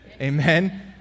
amen